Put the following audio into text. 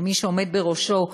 ולמי שעומד בראשה,